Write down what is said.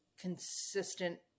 consistent